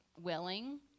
willing